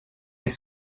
les